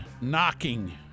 knocking